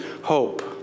hope